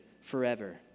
forever